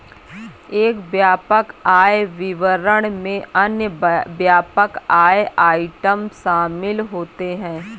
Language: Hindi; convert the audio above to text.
एक व्यापक आय विवरण में अन्य व्यापक आय आइटम शामिल होते हैं